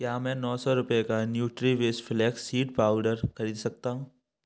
क्या मैं नौ सौ रुपये का न्यूट्रीविश फ्लेक्स सीड पाउडर खरीद सकता हूँ